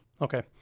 Okay